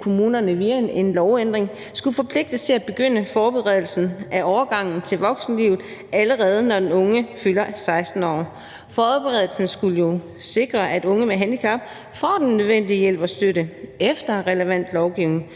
kommunerne via en lovændring skulle forpligtes til at begynde forberedelsen af overgangen til voksenlivet, allerede når den unge fylder 16 år. Forberedelsen skulle jo sikre, at unge med handicap får den nødvendige hjælp og støtte efter relevant lovgivning,